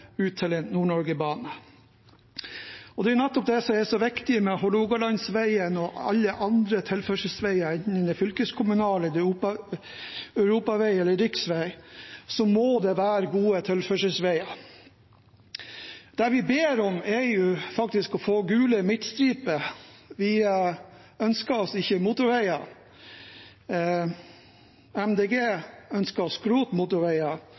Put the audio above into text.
Og det er nettopp det som er så viktig med Hålogalandsveien og alle andre tilførselsveier. Enten det er fylkeskommunal vei, europavei eller riksvei, må det være gode tilførselsveier. Det vi ber om, er å få gule midtstriper. Vi ønsker oss ikke motorveier.